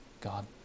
God